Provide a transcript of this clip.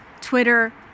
Twitter